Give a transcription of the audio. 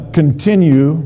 continue